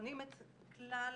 כשבוחנים את כלל